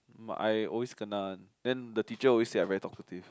my I always kind a then the teacher always say I very talkative